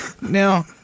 Now